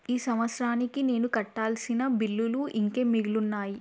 ఈ సంవత్సరానికి నేను కట్టాల్సిన బిల్లులు ఇంకేం మిగిలున్నాయి